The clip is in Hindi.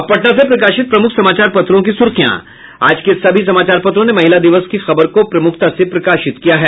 अब पटना से प्रकाशित प्रमुख समाचार पत्रों की सुर्खियां आज के सभी समाचार पत्रों ने महिला दिवस की खबर को प्रमुखता से प्रकाशित किया है